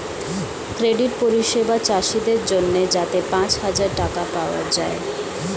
credit পরিষেবা চাষীদের জন্যে যাতে পাঁচ হাজার টাকা পাওয়া যায়